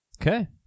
Okay